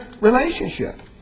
relationship